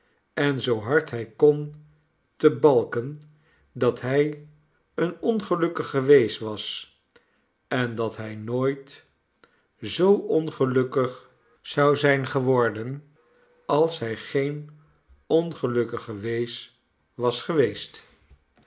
en zoo hard hij kon te balken dat hij een ongelukkige wees was en dat hij nooit zoo ongelukkig zou zijn geworden als hij geen ongelukkige wees was geweest